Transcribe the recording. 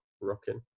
rocking